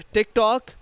TikTok